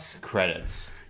Credits